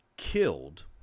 killed